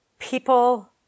People